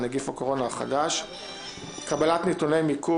נגיף הקורונה החדש)(קבלת נתוני מיקום